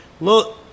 Look